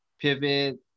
pivot